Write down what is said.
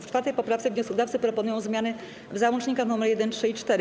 W 4. poprawce wnioskodawcy proponują zmiany w załącznikach nr 1, 3 i 4.